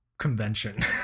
convention